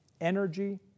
energy